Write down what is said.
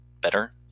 better